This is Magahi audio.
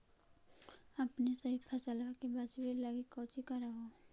अपने सभी फसलबा के बच्बे लगी कौची कर हो?